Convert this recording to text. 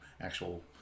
actual